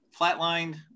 flatlined